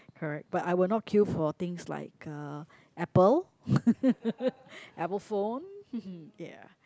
correct but I will not queue for things like uh Apple Apple phone ya